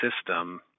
system